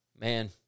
Man